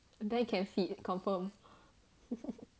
then you can fit confirm